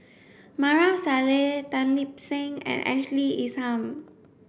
Maarof Salleh Tan Lip Seng and Ashley Isham